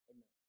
Amen